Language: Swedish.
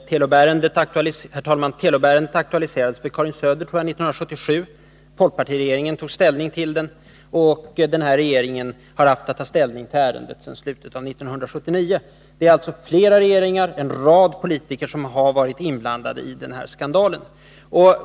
Herr talman! Telubärendet aktualiserades av Karin Söder 1977. Folkpartiregeringen tog ställning till det och denna regering har haft att ta ställning till ärendet sedan slutet av 1979. Det är alltså flera regeringar, en rad politiker, som har varit inblandade i denna skandal.